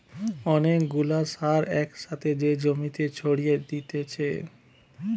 অনেক গুলা সার এক সাথে যে জমিতে ছড়িয়ে দিতেছে